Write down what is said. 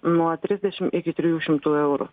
nuo trisdešim iki trijų šimtų eurų